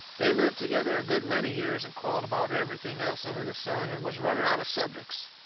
they'd lived together a good many years and quarrelled about everything else under the sun, and was running out of subjects.